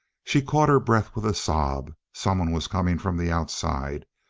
she caught her breath with a sob. someone was coming from the outside.